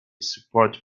support